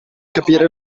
capire